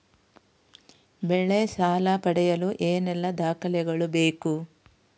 ಬೆಳೆ ಸಾಲ ಪಡೆಯಲು ಏನೆಲ್ಲಾ ದಾಖಲೆಗಳು ಬೇಕು?